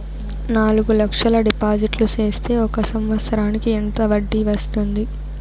నాలుగు లక్షల డిపాజిట్లు సేస్తే ఒక సంవత్సరానికి ఎంత వడ్డీ వస్తుంది?